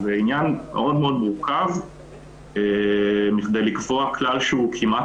וזה עניין מאוד מאוד מורכב מכדי לקבוע כלל שהוא כמעט